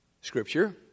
scripture